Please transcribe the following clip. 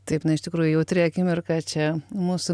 taip na iš tikrųjų jautri akimirka čia mūsų